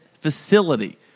facility